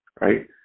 right